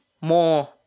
more